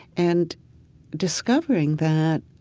and discovering that